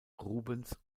rubens